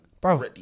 bro